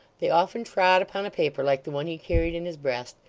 they often trod upon a paper like the one he carried in his breast,